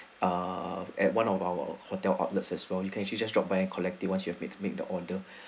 ah at one of our hotel outlets as well you can actually just drop by and collecting once you have it make the order